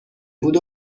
بود